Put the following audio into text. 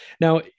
Now